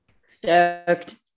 stoked